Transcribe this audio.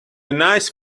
nice